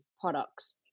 products